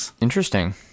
interesting